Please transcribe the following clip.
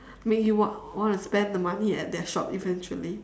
make you want want to spend the money at their shop eventually